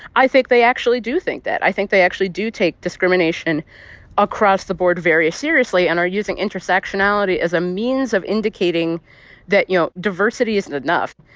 i think they actually do think that. i think they actually do take discrimination across the board very seriously and are using intersectionality as a means of indicating that, you know, diversity isn't enough,